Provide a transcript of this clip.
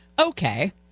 okay